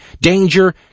danger